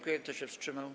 Kto się wstrzymał?